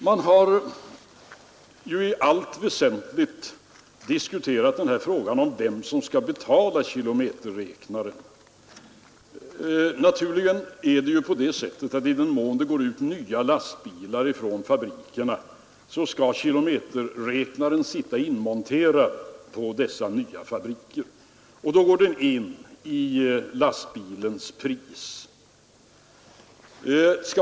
Man har i allt väsentligt diskuterat frågan om vem som skall betala kilometerräknaren. Naturligen är det på det sättet att i den mån nya lastbilar levereras från fabrikerna, skall kilometerräknare sitta inmonterade på dessa nya lastbilar. Då går kostnaden för räknaren in i lastbilspriset.